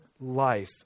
life